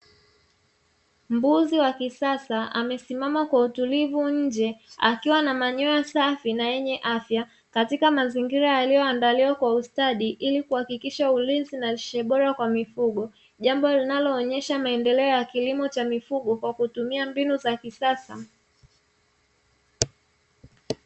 Mbuzi wa kisasa amesimama kwa utulivu nje akiwa na manyoya safi na yenye afya, katika mazingira yaliyoandaliwa kwa ustadi ili kuhakikisha ulinzi na lishe bora kwa mifugo, jambo linaloonyesha maendeleo ya kilimo cha mifugo kwa kutumia mbinu za kisasa.